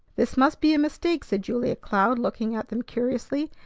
this must be a mistake, said julia cloud, looking at them curiously.